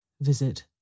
Visit